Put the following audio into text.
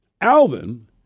Alvin